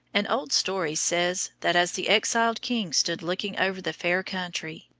an old story says, that as the exiled king stood looking over the fair country,